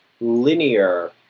linear